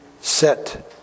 set